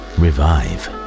revive